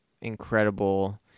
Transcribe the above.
incredible